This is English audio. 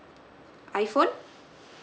iphone